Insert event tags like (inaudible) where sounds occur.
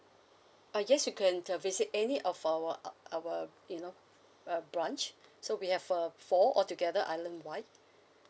uh yes you can uh visit any of our uh our you know uh branch (breath) so we have uh four all together island wide